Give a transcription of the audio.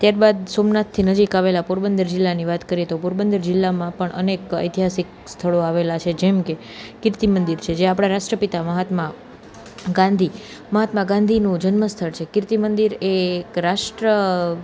ત્યારબાદ સોમનાથથી નજીક આવેલા પોરબંદર જિલ્લાની વાત કરીએ તો પોરબંદર જિલ્લામાં પણ અનેક ઐતિહાસિક સ્થળો આવેલા છે જેમકે કીર્તિ મંદિર છે જે આપણા રાષ્ટ્રપિતા મહાત્મા ગાંધી મહાત્મા ગાંધીનું જન્મ સ્થળ છે કીર્તિ મંદિર એ એક રાષ્ટ્ર